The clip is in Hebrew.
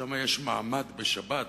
שם יש מעמד שבשבת,